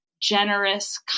generous